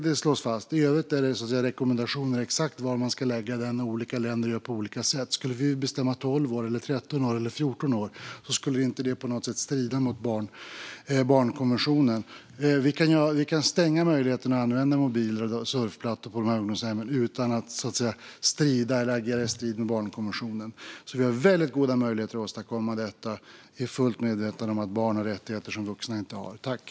Detta slås fast; i övrigt är det rekommendationer. Olika länder gör på olika sätt när det gäller exakt var man ska lägga straffmyndighetsåldern. Skulle vi bestämma oss för 12, 13 eller 14 år skulle inte det på något sätt strida mot barnkonventionen. Vi kan även stänga möjligheten att använda mobiler och surfplattor på de här ungdomshemmen utan att agera i strid med barnkonventionen. Jag är fullt medveten om att barn har rättigheter som vuxna inte har, men vi har väldigt goda möjligheter att åstadkomma detta.